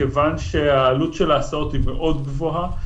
מכיוון שהעלות של ההסעות היא מאוד גבוהה,